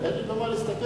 אין לי במה להסתפק,